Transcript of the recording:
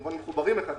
כמובן מחוברים אחד לשני.